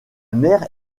mer